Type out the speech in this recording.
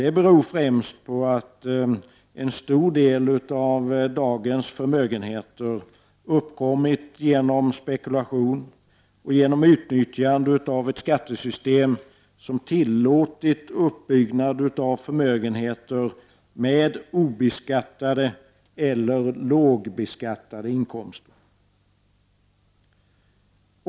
Det beror främst på att en stor del av dagens förmögenheter har uppkommit genom spekulation och genom utnyttjande av ett skattesystem som tillåtit uppbyggnad av förmögenheter med obeskattade eller lågbeskattade inkomster.